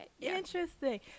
interesting